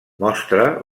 mostra